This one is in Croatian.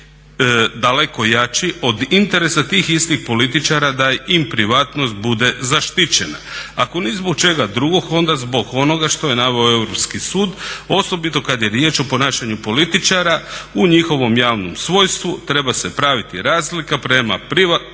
Daleko jači od interesa tih istih političara da im privatnost bude zaštićena ako ni zbog čega drugog ona zbog onoga što je naveo Europski sud osobito kad je riječ o ponašanju političara, u njihovom javnom svojstvu treba se praviti razlika prema privatnim